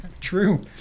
True